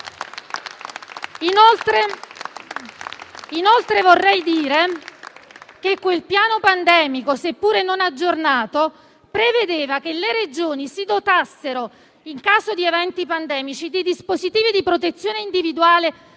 Inoltre vorrei dire che quel piano pandemico, seppure non aggiornato, prevedeva che le Regioni si dotassero, in caso di eventi pandemici, di dispositivi di protezione individuale